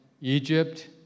Egypt